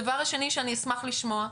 הדבר השני שאני אשמח לשמוע,